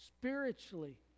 Spiritually